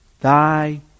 Thy